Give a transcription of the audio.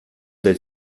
del